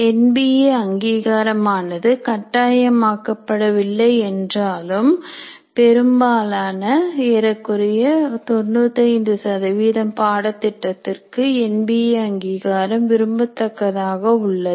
NBA அங்கீகாரம் ஆனது கட்டாயமாக்கப்படவில்லை என்றாலும் பெரும்பாலான ஏறக்குறைய 95 பாடத்திட்டத்திற்கு என்பிஏ அங்கீகாரம் விரும்பத்தக்கதாக உள்ளது